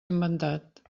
inventat